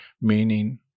meaning